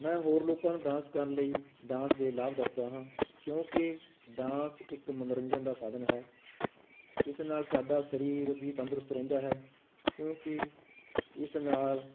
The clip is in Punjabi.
ਮੈਂ ਹੋਰ ਲੋਕਾਂ ਨੂੰ ਡਾਂਸ ਕਰਨ ਲਈ ਡਾਂਸ ਦੇ ਲਾਭ ਦੱਸਦਾ ਹਾਂ ਕਿਉਂਕਿ ਡਾਂਸ ਇੱਕ ਮਨੋਰੰਜਨ ਦਾ ਸਾਧਨ ਹੈ ਇਸ ਨਾਲ ਸਾਡਾ ਸਰੀਰ ਵੀ ਤੰਦਰੁਸਤ ਰਹਿੰਦਾ ਹੈ ਕਿਉਂਕਿ ਇਸ ਨਾਲ